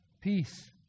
Peace